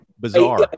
bizarre